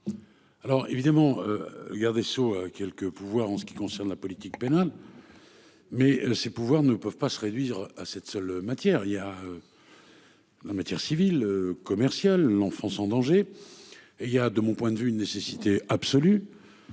Alors évidemment il y a des sauts quelque pouvoir en ce qui concerne la politique pénale. Mais ses pouvoirs ne peuvent pas se réduire à cette seule matière, il y a. Là matière civile, commerciale l'enfance en danger. Et il y a de mon point de vue une nécessité absolue.